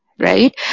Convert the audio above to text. Right